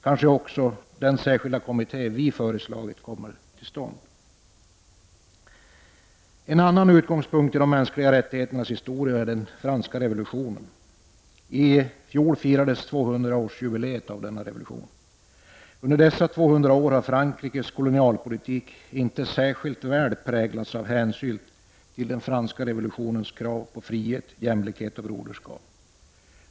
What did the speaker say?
Kanske kan också den särskilda kommitté som vi föreslagit komma till stånd. En annan utgångspunkt i de mänskliga rättigheternas historia är den franska revolutionens idéer. I fjol firades 200-års-jubileet av denna revolution. Under dessa 200 år har Frankrikes kolonialpolitik inte särskilt väl präglats av hänsyn till den franska revolutionens krav på frihet, jämlikhet och broderskap.